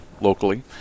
locally